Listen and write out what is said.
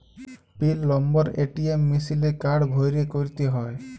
পিল number ATM মিশিলে card ভ্যইরে ক্যইরতে হ্যয়